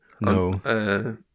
No